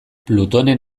plutonen